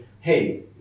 hey